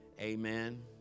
Amen